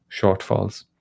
shortfalls